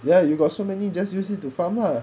ya you got so many just use it to farm lah